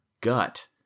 gut